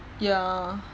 ya